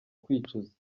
kwicuza